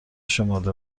شمرده